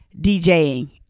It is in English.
DJing